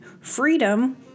Freedom